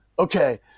Okay